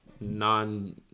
non